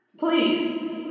Please